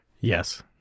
Yes